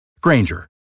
Granger